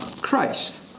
Christ